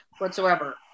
whatsoever